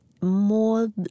more